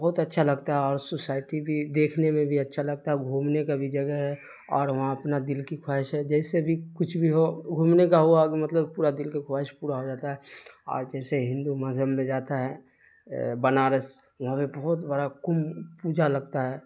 بہت اچھا لگتا ہے اور سوسائٹی بھی دیکھنے میں بھی اچھا لگتا ہے گھومنے کا بھی جگہ ہے اور وہاں اپنا دل کی خواہش ہے جیسے بھی کچھ بھی ہو گھومنے کا ہوا مطلب پورا دل کی خواہش پورا ہو جاتا ہے اور جیسے ہندو مذہب میں جاتا ہے بنارس وہاں پہ بہت بڑا کمبھ پوجا لگتا ہے